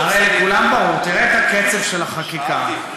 הרי לכולם ברור, תראה את הקצב של החקיקה.